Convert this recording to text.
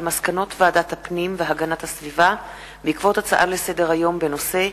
על מסקנות ועדת הפנים והגנת הסביבה בעקבות הצעה לסדר-היום בנושא: